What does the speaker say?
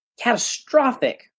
catastrophic